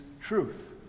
truth